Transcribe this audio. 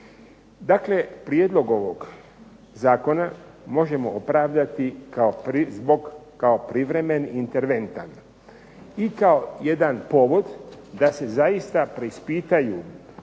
Dakle, prijedlog ovog zakona možemo opravdati zbog kao privremen interventan i kao jedan povod da se zaista preispitaju